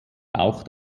auch